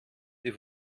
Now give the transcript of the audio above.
die